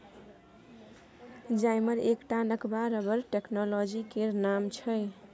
जाइमर एकटा नबका रबर टेक्नोलॉजी केर नाओ छै